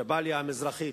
ג'באליה המזרחית,